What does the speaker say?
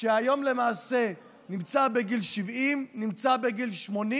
שהיום למעשה הוא בגיל 70 או בגיל 80